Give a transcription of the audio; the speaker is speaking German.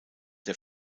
der